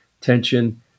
tension